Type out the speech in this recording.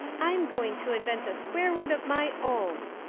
i'm going to invent a swear word of my own,